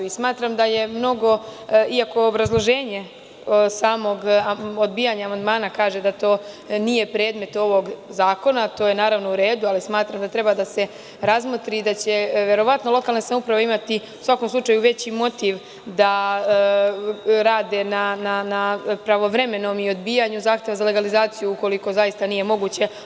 Iako obrazloženje samog odbijanja amandmana kaže da to nije predmet ovog zakona, to je naravno u redu, ali smatram da treba da se razmotri i da će verovatno lokalne samouprave u svakom slučaju imati veći motiv da rade na pravovremenom odbijanju zahteva za legalizaciju ukoliko zaista nije moguće.